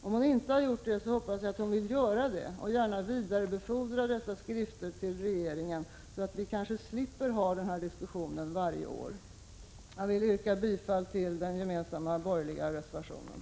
Om hon inte gjort det hoppas jag att hon vill göra det och gärna vidarebefordra dessa skrifter till regeringen, så att vi slipper ha denna diskussion varje år. Jag vill yrka bifall till den gemensamma borgerliga reservationen.